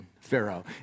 Pharaoh